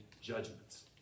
judgments